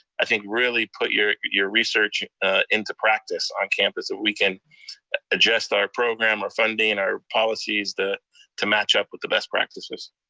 i think, really put your your research into practice on campus. we can adjust our program, our funding, our policies to match up with the best practices.